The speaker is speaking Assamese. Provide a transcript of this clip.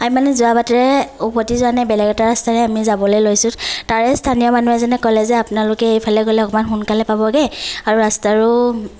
আমি মানে যোৱা বাটেৰে ওভতি যোৱা নাই বেলেগ এটা ৰাস্তাৰে আমি যাবলৈ লৈছো তাৰে স্থানীয় মানুহ এজনে ক'লে যে আপোনালোকে এইফালে গ'লে অকণমান সোনকালে পাবগৈ আৰু ৰাস্তাও